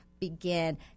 begin